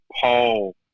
Paul